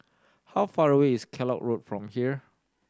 how far away is Kellock Road from here